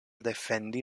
defendi